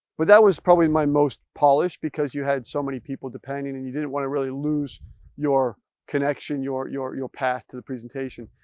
but that was probably my most polished because you had so many people depending and you didn't want to really lose your connection your your path to the presentation.